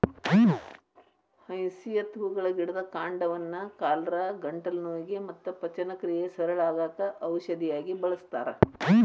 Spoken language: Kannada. ಹಯಸಿಂತ್ ಹೂಗಳ ಗಿಡದ ಕಾಂಡವನ್ನ ಕಾಲರಾ, ಗಂಟಲು ನೋವಿಗೆ ಮತ್ತ ಪಚನಕ್ರಿಯೆ ಸರಳ ಆಗಾಕ ಔಷಧಿಯಾಗಿ ಬಳಸ್ತಾರ